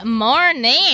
morning